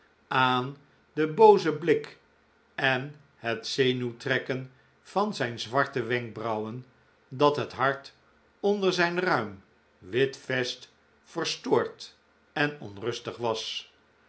aan den boozen blik en het zenuwtrekken van zijn zwarte wenkbrauwen dat het hart onder zijn ruim wit vest verstoord en onrustig was